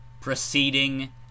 Proceeding